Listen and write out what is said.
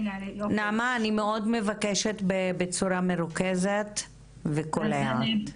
נעמה, אני מאוד מבקשת בצורה מרוכזת וקולעת.